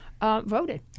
voted